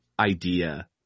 idea